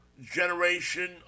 generation